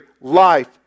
life